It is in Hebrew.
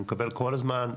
אני מקבל כל הזמן.